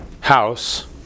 house